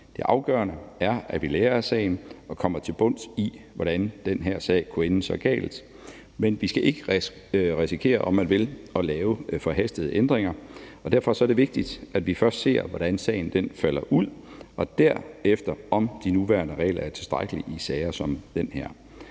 Det afgørende er, at vi lærer af sagen og kommer til bunds i, hvordan den her sag kunne ende så galt. Men vi skal ikke risikere, om man vil, at lave forhastede ændringer. Derfor er det vigtigt, at vi først ser, hvordan sagen falder ud, og derefter om de nuværende regler er tilstrækkelige i sager som den